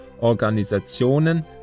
Organisationen